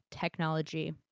technology